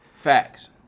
Facts